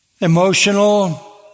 emotional